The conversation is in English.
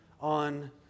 on